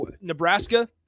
Nebraska